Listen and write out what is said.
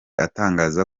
atangaza